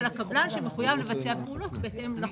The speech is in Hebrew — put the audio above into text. הקבלן שמחויב לבצע פעולות בהתאם לחוק.